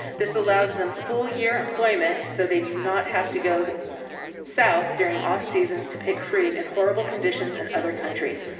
this allows them full-year employment, so they do not have to go south during off seasons to pick fruit in horrible conditions in other countries.